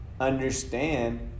understand